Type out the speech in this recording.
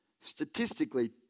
statistically